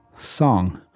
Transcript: song.